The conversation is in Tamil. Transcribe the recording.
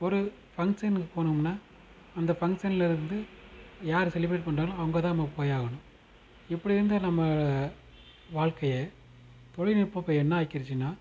ஒரு ஃபங்க்ஷனுக்கு போகணும்னா அந்த ஃபங்க்ஷன்ல இருந்து யார் செலிபிரேட் பண்ணுறாங்களோ அங்கேதான் நம்ம போய் ஆகணும் இப்படி இருந்த நம்மளோட வாழ்க்கைய தொழில்நுட்பம் இப்போ என்ன ஆக்கிருச்சுனால்